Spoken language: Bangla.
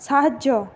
সাহায্য